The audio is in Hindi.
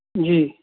जी